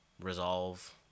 resolve